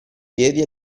piedi